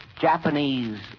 Japanese